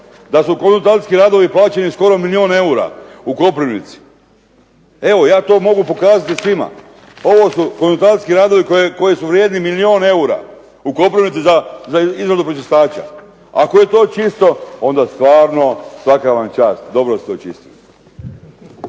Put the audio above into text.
da su konzultantski radovi plaćeni skoro milijun eura u Koprivnici. Evo ja to mogu pokazati svima. Ovo su konzultantski radovi koji su vrijedni milijun eura u Koprivnici za izradu pročistača. Ako je to čisto onda stvarno svaka vam čast, dobro ste očistili.